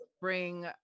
bring